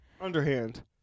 Underhand